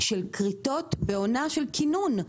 של כריתות בעונה של קינון.